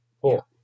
Four